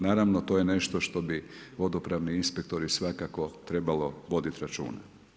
Naravno to je nešto što bi vodopravni inspektori svakako trebalo voditi računa.